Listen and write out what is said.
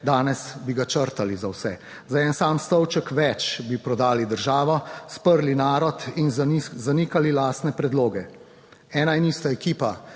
danes bi ga črtali za vse. Za en sam stolček več bi prodali državo, sprli narod in zanikali lastne predloge. Ena in ista ekipa